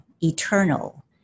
eternal